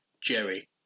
Jerry